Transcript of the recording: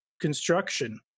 construction